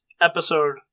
episode